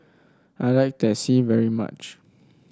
I like Teh C very much